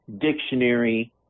dictionary